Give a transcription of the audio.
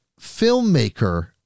filmmaker